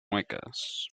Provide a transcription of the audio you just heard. muecas